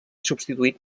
substituït